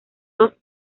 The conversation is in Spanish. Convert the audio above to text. dos